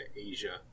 asia